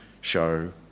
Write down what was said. show